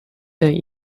sent